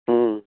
हूँ